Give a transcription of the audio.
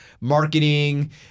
marketing